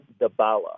dabala